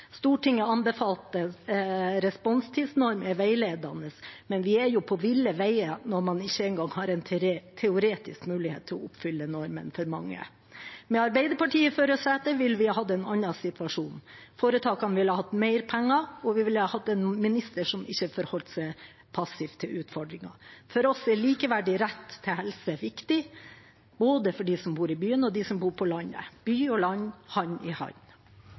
anbefalte responstidsnorm er veiledende, men vi er på ville veier når man ikke engang har en teoretisk mulighet til å oppfylle normen for mange. Med Arbeiderpartiet i førersetet ville vi hatt en annen situasjon. Foretakene ville hatt mer penger, og vi ville hatt en statsråd som ikke forholdt seg passiv til utfordringene. For oss er likeverdig rett til helse viktig, både for dem som bor i by, og for dem som bor på landet – by og land, hand i hand.